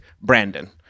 brandon